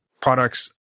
products